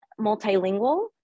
multilingual